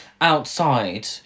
outside